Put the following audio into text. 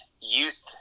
youth